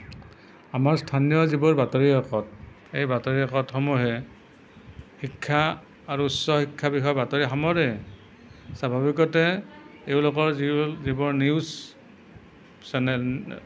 আমাৰ স্থানীয় যিবোৰ বাতৰি কাকত এই বাতৰি কাকত সমূহে শিক্ষা আৰু উচ্চ শিক্ষাৰ বিষয়ৰ বাতৰি সামৰে স্বাভাৱিকতে এওঁলোকৰ যিবোৰ নিউজ চেনেল